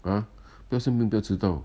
ah 不要生病不要迟到